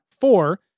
four